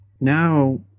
now